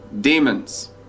demons